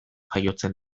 jaiotzen